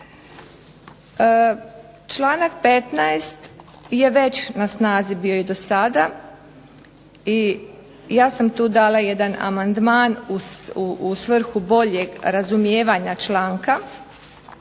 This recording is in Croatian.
Članak 15. je već na snazi bio i dosada i ja sam tu dala jedan amandman u svrhu boljeg razumijevanja članka,